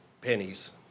pennies